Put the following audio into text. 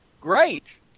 Great